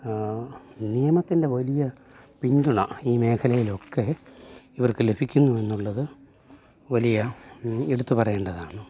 നിയമത്തിൻ്റെ വലിയ പിന്തുണ ഈ മേഖലയിലൊക്കെ ഇവർക്ക് ലഭിക്കുന്നു എന്നുള്ളത് വലിയ എടുത്ത പറയേണ്ടതാണ്